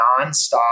nonstop